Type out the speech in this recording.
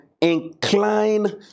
incline